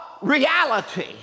reality